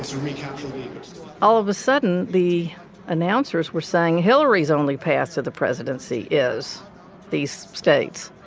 recapture all of a sudden the announcers were saying hillary's only path to the presidency is these states.